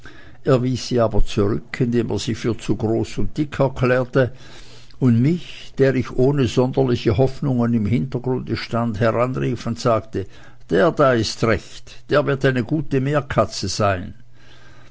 er wies sie aber zurück indem er sie für zu groß und dick erklärte und mich der ich ohne sonderliche hoffnungen im hintergrunde stand heranrief und sagte der da ist recht der wird eine gute meerkatze sein